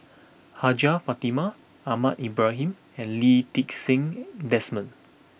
Hajjah Fatimah Ahmad Ibrahim and Lee Ti Seng Desmond